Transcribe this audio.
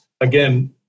Again